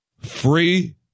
Free